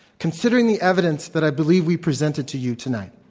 considering the evidence that i believe we presented to you tonight,